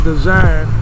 design